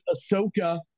Ahsoka